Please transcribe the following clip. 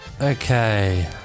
Okay